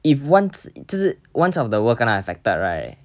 if once 只是 once of the world kena affected right